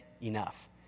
enough